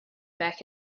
back